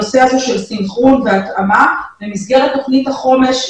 הנושא הזה של סנכרון והתאמה במסגרת תוכנית החומש,